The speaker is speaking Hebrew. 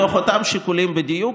מתוך אותם שיקולים בדיוק.